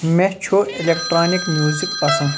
مےٚ چھُ electronic music پَسند